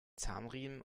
zahnriemen